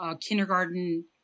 kindergarten